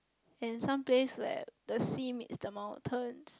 and some place where the sea meet the mountain